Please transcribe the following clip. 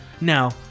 now